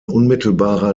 unmittelbarer